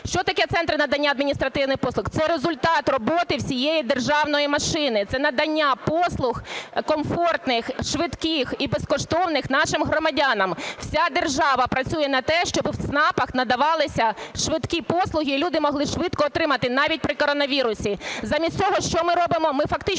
Що таке Центр надання адміністративних послуг? Це результат роботи всієї державної машини, це надання послуг комфортних, швидких і безкоштовних нашим громадянам. Вся держава працює на те, щоб в ЦНАПах надавалися швидкі послуги і люди могли швидко отримати навіть при коронавірусу. Замість того що ми робимо?